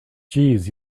jeez